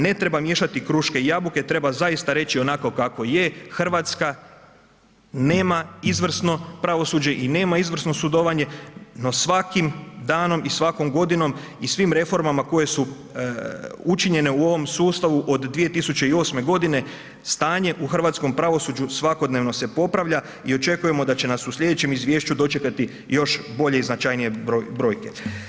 Ne treba miješati kruške i jabuke, treba zaista reći onako kao je Hrvatska nema izvrsno pravosuđe i nema izvrsno sudovanje no svakim danom i svakom godinom i svim reformama koje učinjene u ovom sustavu od 2008. godine stanje u hrvatskom pravosuđu svakodnevno se popravlja i očekujemo da će nas u slijedećem izvješću dočekati još bolje i značajnije brojke.